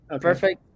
perfect